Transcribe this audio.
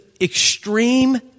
extreme